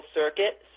circuit